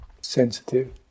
sensitive